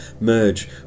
merge